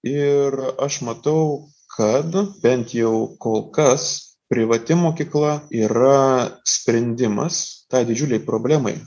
ir aš matau kad bent jau kol kas privati mokykla yra sprendimas tai didžiulei problemai